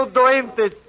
doentes